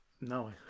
No